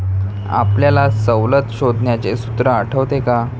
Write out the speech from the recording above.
आपल्याला सवलत शोधण्याचे सूत्र आठवते का?